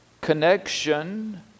connection